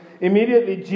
Immediately